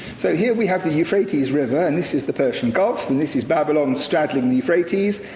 so here we have the euphrates river, and this is the persian gulf, and this is babylon straddling the euphrates.